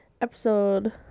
episode